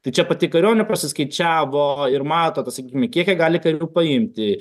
tai čia pati kariuomenė pasiskaičiavo ir mato tą sakykime kiek jie gali karių paimti